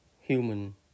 human